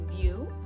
view